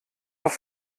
auf